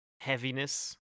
heaviness